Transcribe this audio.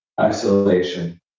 Isolation